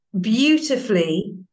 beautifully